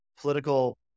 political